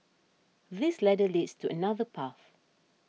this ladder leads to another path